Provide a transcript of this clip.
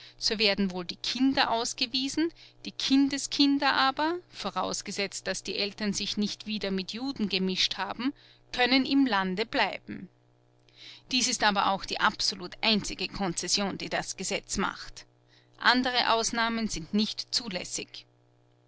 so werden wohl die kinder ausgewiesen die kindeskinder aber vorausgesetzt daß die eltern sich nicht wieder mit juden gemischt haben können im lande bleiben dies ist aber auch die absolut einzige konzession die das gesetz macht andere ausnahmen sind nicht zulässig